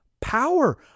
power